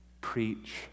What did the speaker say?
Preach